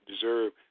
deserve